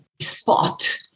spot